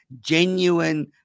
Genuine